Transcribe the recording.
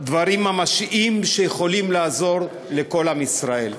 דברים ממשיים שיכולים לעזור לכל עם ישראל.